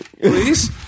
please